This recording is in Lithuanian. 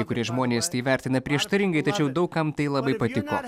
kai kurie žmonės tai vertina prieštaringai tačiau daug kam tai labai patiko